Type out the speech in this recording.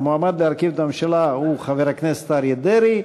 המועמד להרכיב את הממשלה הוא חבר הכנסת אריה דרעי,